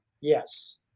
Yes